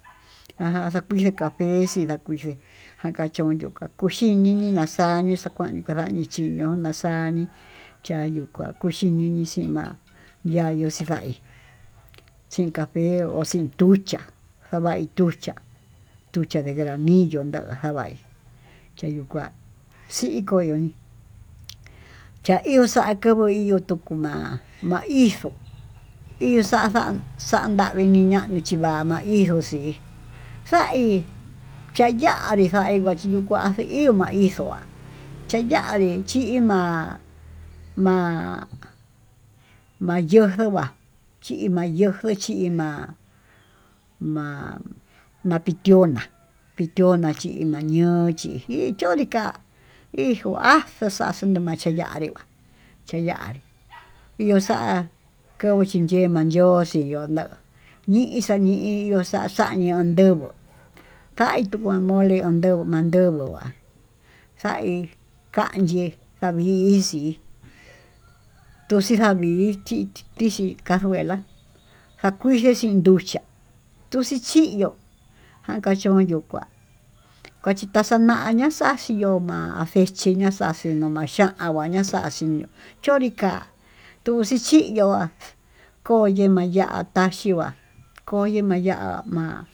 aján xakuxhi café xhí iyakuchi jakaxhiun nduka'a kuchiñiñi naxañí, kuan kadanii chiñoná tanii chayuu kuá ko'o uxi ñii xhima'a yayuu xhindaí sin café ho sin tuchiá java'í tuchiá tucha'a de granillo nanda janvaí chayuu kuá xii koyó ahi cha'a ihó xakavo'í iyo'o tukuu ma'á ma'a hijó hi xanda xandavii chiñani chiva'a maí hijó xiixa'í chayaí, xai iha yuu kuachí hima ixua'á chayai chima'a ma'a ma'a yunguu nguá, chima yojo chima'a ma-mapitioná, pitiona china ñoo chinji chonri ka'á ijo'a xaxa yonde machenguaré keyanrí iho xa'a kauu chen cheva'a ihó xhii onyauu ni'í xaniox tai xaniuu ndonguó ta'í xikuan mole, ndo'ó mandonguo há xaí kanyii ndaviin xii tuxii chavinxi chíxi cajuela, jakuixe xin nduchiá tuxhi chiyo'ó jankachón yo'ó kuá kuachi taxaña xa'á axhioma'a xexhiña'a xa'a xaxhi xoma'a xa'a nguaña'a, xaxhi yonrí ka'á tuxhi chiyo'o há koyee mayatá xhihua koyee maya'á.